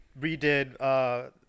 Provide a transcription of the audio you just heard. redid –